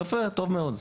יפה, טוב מאוד.